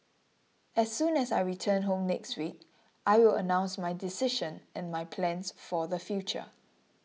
as soon as I return home next week I will announce my decision and my plans for the future